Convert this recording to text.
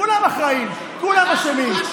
כולם אחראים, כולם אשמים.